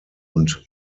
und